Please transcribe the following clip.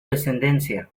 descendencia